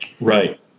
Right